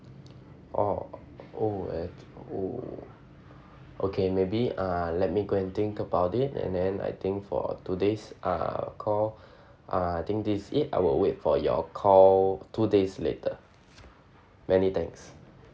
orh oh at oh okay maybe uh let me go and think about it and then I think for two days ah call ah I think this is it I will wait for your call two days later many thanks